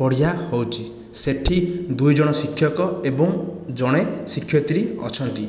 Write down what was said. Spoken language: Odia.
ପଢ଼ା ହେଉଛି ସେଠି ଦୁଇଜଣ ଶିକ୍ଷକ ଏବଂ ଜଣେ ଶିକ୍ଷୟିତ୍ରୀ ଅଛନ୍ତି